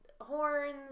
Horns